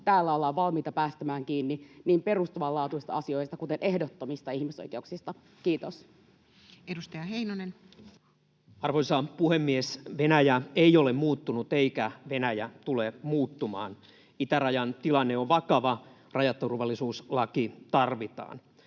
täällä ollaan valmiita päästämään irti niin perustavanlaatuisista asioista, kuten ehdottomista ihmisoikeuksista. — Kiitos. Edustaja Heinonen. Arvoisa puhemies! Venäjä ei ole muuttunut eikä Venäjä tule muuttumaan. Itärajan tilanne on vakava, rajaturvallisuuslaki tarvitaan.